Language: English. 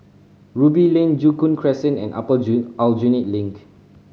Ruby Lane Joo Koon Crescent and Upper Joo Aljunied Link